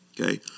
okay